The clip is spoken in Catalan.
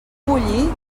bullir